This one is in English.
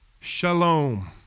shalom